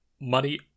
money